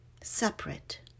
separate